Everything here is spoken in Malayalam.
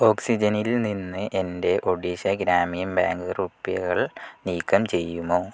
ഓക്സിജനില് നിന്ന് എൻ്റെ ഒഡീഷ ഗ്രാമീൺ ബാങ്ക് റുപ്പികൾ നീക്കം ചെയ്യുമോ